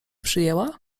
przyjęła